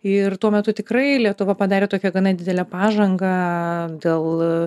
ir tuo metu tikrai lietuva padarė tokią gana didelę pažangą dėl